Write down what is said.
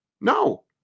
No